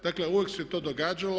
Dakle uvijek se to događalo.